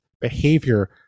behavior